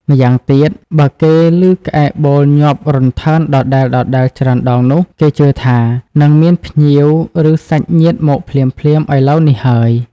ម្យ៉ាងទៀត បើគេឮក្អែកបូលញាប់រន្ថើនដដែលៗច្រើនដងនោះ គេជឿថា នឹងមានភ្ញៀវ ឬសាច់ញាតិមកភ្លាមៗឥឡូវនេះហើយ។